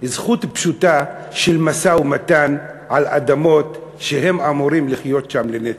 זכות פשוטה של משא-ומתן על אדמות שהם אמורים לחיות שם לנצח.